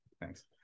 Thanks